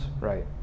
right